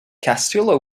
castillo